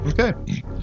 Okay